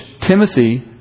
Timothy